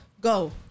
Go